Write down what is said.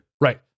Right